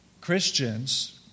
Christians